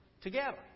together